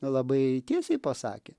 labai tiesiai pasakė